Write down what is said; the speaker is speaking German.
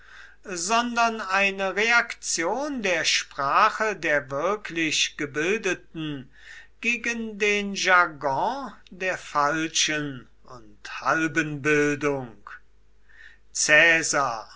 sondern eine reaktion der sprache der wirklich gebildeten gegen den jargon der falschen und halben bildung caesar